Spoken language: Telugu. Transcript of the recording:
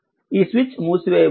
ఈ స్విచ్ మూసివేయబడింది